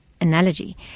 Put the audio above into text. analogy